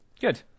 Good